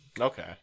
Okay